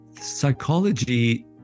psychology